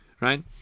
Right